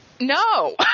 no